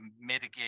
mitigate